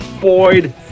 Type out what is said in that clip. Boyd